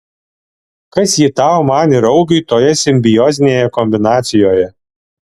kas ji tau man ir augiui toje simbiozinėje kombinacijoje